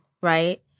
right